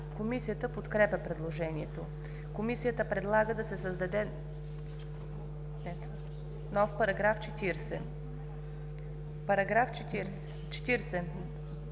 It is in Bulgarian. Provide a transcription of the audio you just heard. Комисията подкрепя предложението. Комисията предлага да се създаде нов § 48: „§ 48.